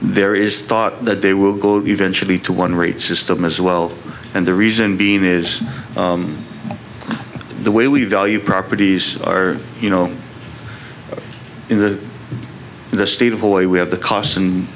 there is thought that they will go eventually to one rate system as well and the reason being is the way we value properties are you know in the in the state of oil we have the costs and